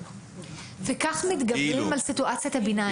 וכך מתגברים על סיטואציית הביניים.